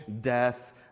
death